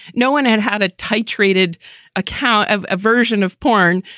no one had had a tie traded account of a version of porn,